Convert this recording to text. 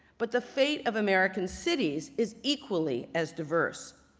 but the fate of american cities is equally as diverse.